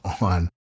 on